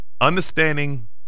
understanding